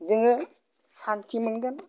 जोङो सान्थि मोनगोन